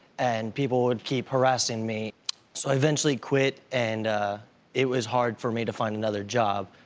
and people would keep harassing me so i eventually quit and it was hard for me to find another job.